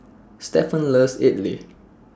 Stephon loves Idili